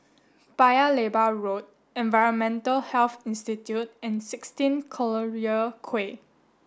Paya Lebar Road Environmental Health Institute and sixteen Collyer Quay